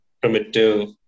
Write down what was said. primitive